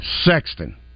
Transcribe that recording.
Sexton